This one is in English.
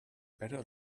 better